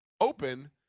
open